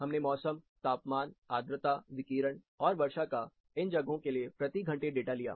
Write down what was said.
हमने मौसम तापमान आद्रता विकिरण और वर्षा का इन जगहों के लिए प्रति घंटे डाटा लिया